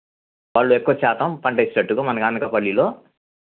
వాళ్ళు ఎక్కువ శాతం పంట వచ్చేటట్లుగా మనకు అనకాపల్లిలో